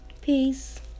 Peace